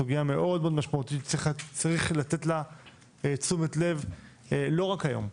סוגייה מאוד מאוד משמעותית שצריך לתת לה תשומת לב ולא רק היום.